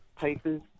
papers